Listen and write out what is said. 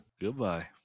Goodbye